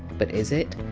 but is it?